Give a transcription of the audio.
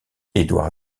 édouard